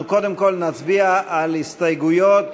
אנחנו קודם כול נצביע על הסתייגויות